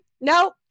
no